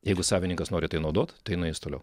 jeigu savininkas nori tai naudot tai nueis toliau